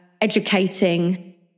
educating